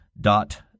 dot